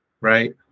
right